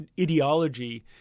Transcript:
ideology